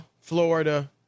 Florida